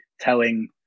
telling